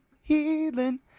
healing